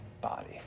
body